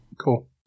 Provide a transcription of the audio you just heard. Cool